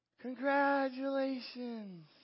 congratulations